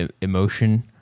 emotion